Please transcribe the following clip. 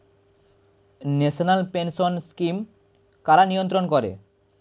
National pension scheme কারা নিয়ন্ত্রণ করে?